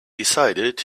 decided